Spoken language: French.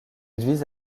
vise